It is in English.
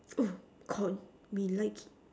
oh got me like